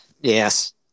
yes